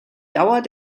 dauer